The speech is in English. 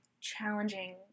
challenging